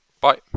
bye